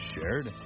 Shared